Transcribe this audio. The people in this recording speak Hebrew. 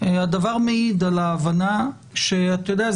הדבר מעיד על ההבנה שאתה יודע,